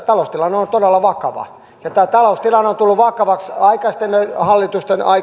taloustilanne on todella vakava ja tämä taloustilanne on tullut vakavaksi aikaisempien hallitusten